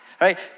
right